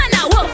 Now